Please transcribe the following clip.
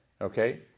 Okay